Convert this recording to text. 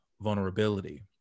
vulnerability